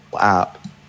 app